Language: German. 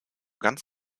ganz